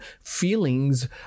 feelings